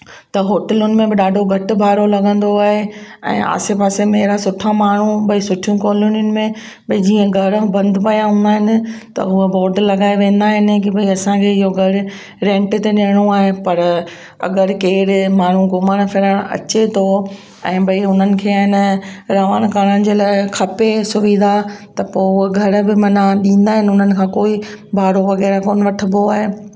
त होटलुनि में बि ॾाढो घटि भाड़ो लॻंदो आहे ऐं आसे पासे में अहिड़ा सुठा माण्हू भई सुठियूं कॉलोनियुनि में भई जीअं घरु बंदि पिया हूंदा आहिनि त हू बोर्ड लॻाए वेंदा आहिनि की भई असांखे इहो घरु रेंट ते ॾियणो आहे पर अगरि केरु माण्हू घुमणु फिरण अचे थो ऐं भई हुननि खे आहे न रहणु करण जे लाइ खपे सुविधा त पोइ घर बि माना ॾींदा आहिनि उन्हनि खां कोई भाड़ो वग़ैरह कोन वठिबो आहे